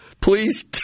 Please